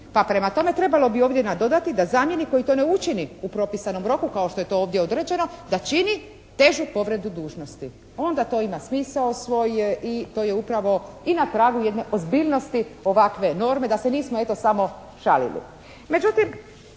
Pa prema tome trebalo bi ovdje nadodati da zamjenik koji to ne učini u propisanom roku kao što je to ovdje određeno da čini težu povredu dužnosti. Onda to ima smisao svoj i to je upravo i na pragu jedne ozbiljnosti ovakve norme da se nismo eto samo šalili.